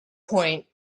point